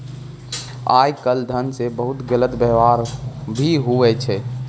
आय काल धन रो बहुते गलत वेवहार भी हुवै छै